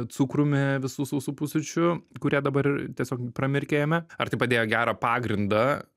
cukrumi visų sausų pusryčių kurie dabar ir tiesiog pramirkę jame ar tai padėjo gerą pagrindą